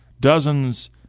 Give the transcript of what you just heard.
dozens